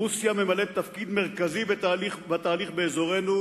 רוסיה ממלאת תפקיד מרכזי בתהליך באזורנו,